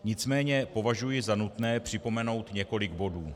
Nicméně považují za nutné připomenout několik bodů.